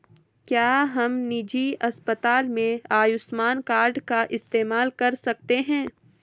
क्या हम निजी अस्पताल में आयुष्मान कार्ड का इस्तेमाल कर सकते हैं?